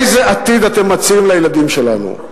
איזה עתיד אתם מציעים לילדים שלנו?